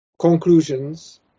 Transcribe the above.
conclusions